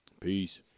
Peace